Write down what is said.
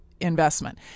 investment